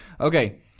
okay